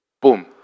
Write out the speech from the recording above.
Boom